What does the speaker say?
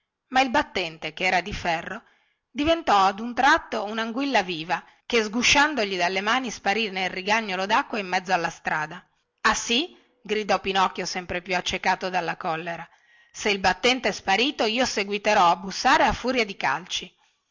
ma il battente che era di ferro diventò a un tratto unanguilla viva che sgusciandogli dalle mani sparì nel rigagnolo dacqua in mezzo alla strada ah sì gridò pinocchio sempre più accecato dalla collera se il battente è sparito io seguiterò a bussare a furia di calci